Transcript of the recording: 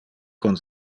con